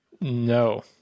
No